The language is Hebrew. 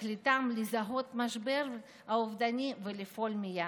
שתכליתם לזהות משבר אובדני ולפעול מייד.